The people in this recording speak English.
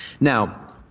Now